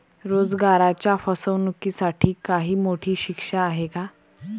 रोजगाराच्या फसवणुकीसाठी काही मोठी शिक्षा आहे का?